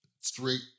straight